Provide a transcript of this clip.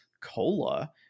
cola